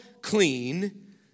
clean